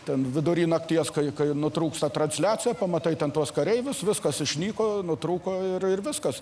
ten vidury nakties kai nutrūksta transliacija pamatai ten tuos kareivius viskas išnyko nutrūko ir viskas